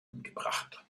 angebracht